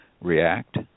react